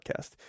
podcast